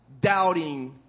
Doubting